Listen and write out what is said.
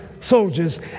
soldiers